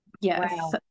yes